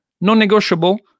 Non-negotiable